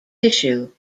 tissue